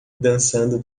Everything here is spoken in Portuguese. dançando